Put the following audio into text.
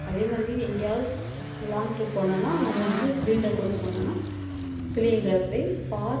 அதேமாதிரி எங்கேயாவது long trip போனோன்னா நம்ம வந்து சிலிண்டரை கொண்டு போனோன்னா சிலிண்டரை போய் பார்த்து